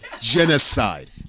genocide